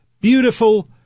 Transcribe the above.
beautiful